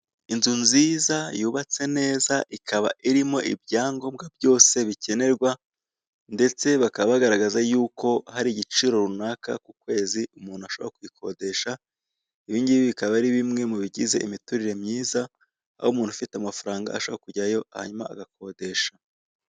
Inzu nziza yubatse neza, ikaba irimo ibyangombwa byose bikenerwa, ndetse bakaba bagaragaza yuko hari igiciro runaka ku kwezi umuntu ashobora kubikodesha. ibingibi bikaba ari bimwe mubigiza imiturire myiza, aho umuntu ufite amafaranga ashobora kujyayo hanyuma agakodesha.